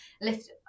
lift